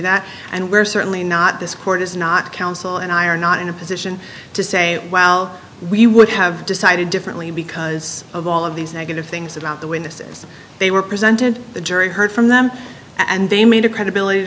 that and we're certainly not this court is not counsel and i are not in a position to say well we would have decided differently because of all of these negative things about the window since they were presented the jury heard from them and they made a credibility